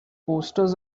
posters